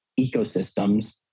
ecosystems